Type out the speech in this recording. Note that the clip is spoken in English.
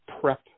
prep